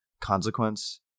consequence